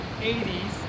80s